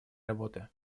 работы